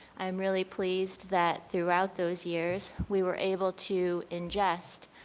i'm really pleased that throughout those years, we were able to ingest